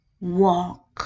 walk